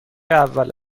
اول